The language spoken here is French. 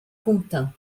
contint